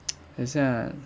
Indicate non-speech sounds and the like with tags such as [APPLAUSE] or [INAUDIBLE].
[NOISE] 很像